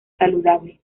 saludable